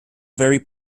very